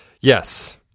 Yes